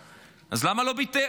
אז הוא מאשים את אוסלו,